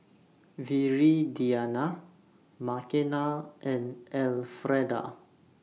Viridiana Makena and Elfreda